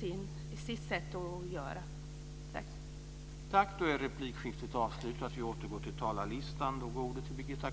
deras sätt att uttrycka sig.